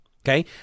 Okay